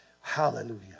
Hallelujah